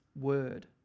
word